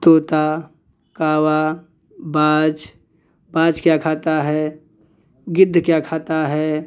तोता कौवा बाज बाज क्या खाता है गिद्ध क्या खाता है